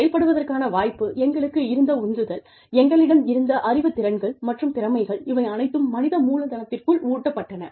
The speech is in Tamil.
செயல்படுவதற்கான வாய்ப்பு எங்களுக்கு இருந்த உந்துதல் எங்களிடம் இருந்த அறிவுத் திறன்கள் மற்றும் திறமைகள் இவை அனைத்தும் மனித மூலதனத்திற்குள் ஊட்டப்பட்டன